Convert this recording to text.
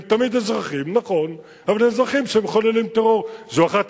הם תמיד אזרחים, נכון, אבל אזרחים שמחוללים טרור.